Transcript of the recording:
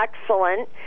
excellent